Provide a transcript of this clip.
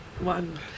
one